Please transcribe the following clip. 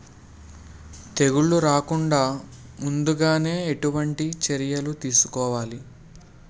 తెగుళ్ల రాకుండ ముందుగానే ఎటువంటి చర్యలు తీసుకోవాలి?